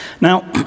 Now